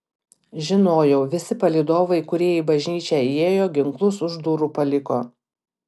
žinojau visi palydovai kurie į bažnyčią įėjo ginklus už durų paliko